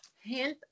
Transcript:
hint